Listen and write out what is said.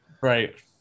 right